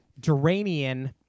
Duranian